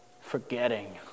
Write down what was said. forgetting